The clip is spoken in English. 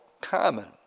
common